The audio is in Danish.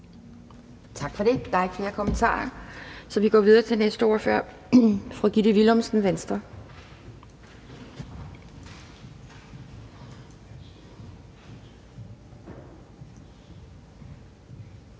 Tak for det. Der er ikke flere kommentarer, så vi går videre til den næste ordfører. Fru Gitte Willumsen, Venstre.